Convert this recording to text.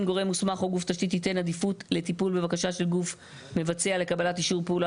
גורם מוסמך ייתן עדיפות לטיפול בבקשה של גוף מבצע לקבלת אישור פעולה